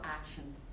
action